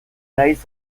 naiz